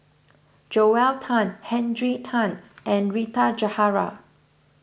Joel Tan Henry Tan and Rita Jahara